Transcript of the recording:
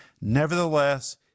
Nevertheless